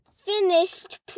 finished